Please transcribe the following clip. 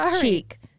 cheek